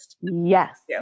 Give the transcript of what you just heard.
yes